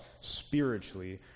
spiritually